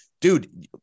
dude